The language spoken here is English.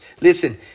Listen